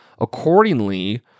accordingly